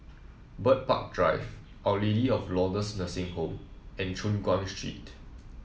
Bird Park Drive Our Lady of Lourdes Nursing Home and Choon Guan Street